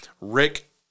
Rick